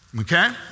Okay